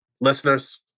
Listeners